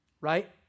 right